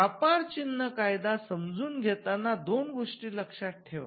व्यापार चिन्ह कायदा समजून घेताना दोन गोष्टी लक्षात ठेवा